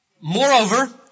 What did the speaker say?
Moreover